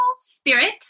spirit